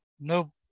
no